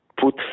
put